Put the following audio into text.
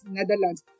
Netherlands